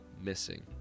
missing